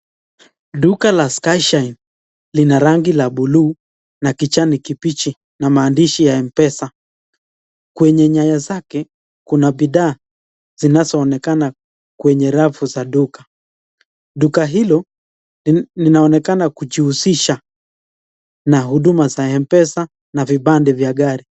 Duka la sky shine lina rangi la buluu na kijani kibichi na maandishi ya mpesa. Kwenye nyayo zake kuna bidhaa zinazoonekana kwenye rafu za duka. Duka hilo linaonekana kujihusisha na huduma za mpesa na vipande vya gari.